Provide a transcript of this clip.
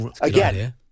again